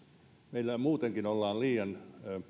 meillä muutenkin ollaan liian